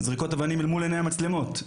זריקות אבנים אל מול עיניי המצלמות,